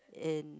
in